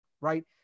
right